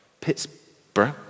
Pittsburgh